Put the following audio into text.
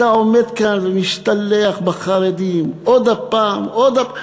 אתה עומד כאן ומשתלח בחרדים עוד פעם ועוד פעם.